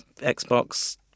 Xbox